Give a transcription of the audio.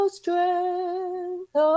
strength